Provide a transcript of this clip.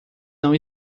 não